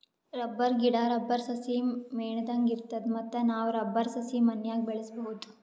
rubber ಗಿಡಾ, rubber ಸಸಿ ಮೇಣದಂಗ್ ಇರ್ತದ ಮತ್ತ್ ನಾವ್ ರಬ್ಬರ್ ಸಸಿ ಮನ್ಯಾಗ್ ಬೆಳ್ಸಬಹುದ್